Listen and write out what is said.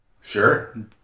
Sure